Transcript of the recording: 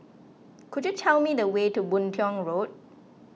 could you tell me the way to Boon Tiong Road